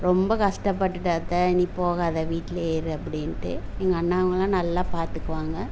ரொம்ப கஷ்டப்பட்டுட்ட அத்தை நீ போகாதே வீட்டிலியே இரு அப்படின்ட்டு எங்கள் அண்ணாங்கலாம் நல்லா பார்த்துக்குவாங்க